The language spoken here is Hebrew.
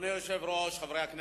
כבר לא